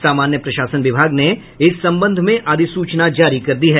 सामान्य प्रशासन विभाग ने इस संबंध में अधिसूचना जारी कर दी है